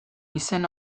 izen